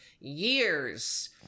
years